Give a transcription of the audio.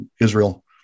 Israel